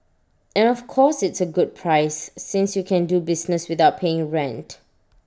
and of course it's A good price since you can do business without paying rent